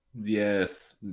Yes